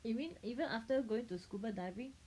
you mean even after going to scuba diving